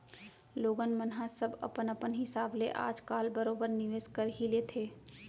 लोगन मन ह सब अपन अपन हिसाब ले आज काल बरोबर निवेस कर ही लेथे